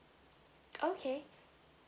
okay